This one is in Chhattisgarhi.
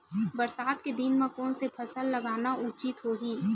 बरसात के दिन म कोन से फसल लगाना जादा उचित होही?